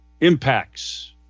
impacts